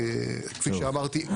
כפי שאמרתי,